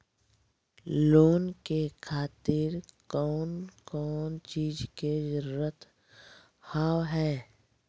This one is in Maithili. लोन के खातिर कौन कौन चीज के जरूरत हाव है?